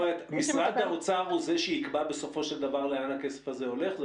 משרד האוצר הוא זה שבסופו של דבר יקבע לאן הכסף הזה הולך?